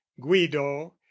guido